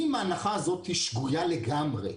אם ההנחה הזאת שגויה לגמרי,